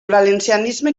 valencianisme